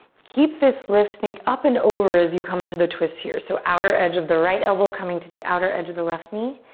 keep this lift, think up and over as you come into the twist here. so outer edge of the right elbow coming to the outer edge of the left knee.